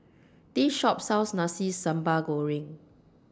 This Shop sells Nasi Sambal Goreng